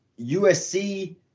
USC